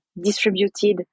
distributed